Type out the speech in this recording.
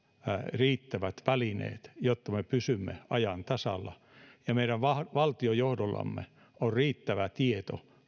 riittävät välineet jotta me pysymme ajan tasalla ja meidän valtiojohdollamme on riittävä tieto